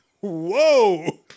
Whoa